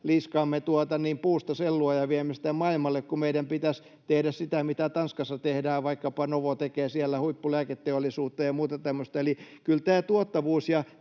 liiskaamme puusta sellua ja viemme sitä maailmalle, kun meidän pitäisi tehdä sitä, mitä Tanskassa tehdään, mitä vaikkapa Novo tekee siellä, huippulääketeollisuutta ja muuta tämmöistä. Eli kyllä tämä tuottavuus